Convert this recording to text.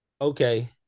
Okay